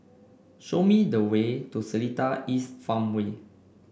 show me the way to Seletar East Farmway